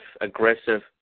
aggressive